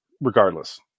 regardless